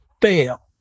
fail